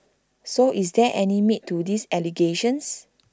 so is there any meat to these allegations